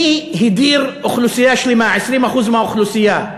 מי הדיר אוכלוסייה שלמה, 20% מהאוכלוסייה?